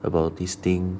about this thing